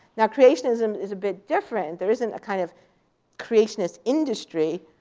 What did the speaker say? now, creationism is a bit different. there isn't a kind of creationist industry.